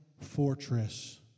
fortress